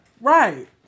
Right